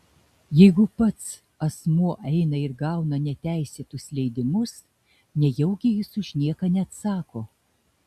jeigu pats asmuo eina ir gauna neteisėtus leidimus nejaugi jis už nieką neatsako